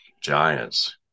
Giants